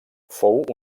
fou